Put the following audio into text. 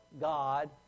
God